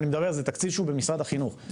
זה תקציב שהוא במשרד החינוך,